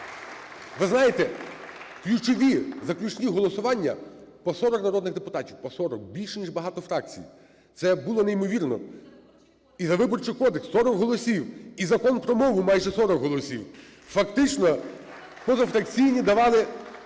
Ви знаєте, ключові, заключні голосування по 40 народних депутатів, по 40, більш ніж багато фракцій. Це було неймовірно! І за Виборчий кодекс – 40 голосів, і Закон про мову – майже 40 голосів. Фактично позафракційні давали